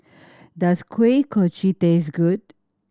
does Kuih Kochi taste good